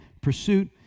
pursuit